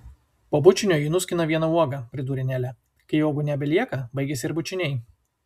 po bučinio ji nuskina vieną uogą pridūrė nelė kai uogų nebelieka baigiasi ir bučiniai